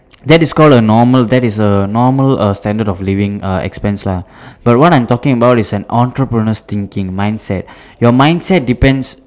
that is called a normal that is a normal err standard of living uh expense lah but what I'm talking about is an entrepreneur's thinking mindset your mindset depends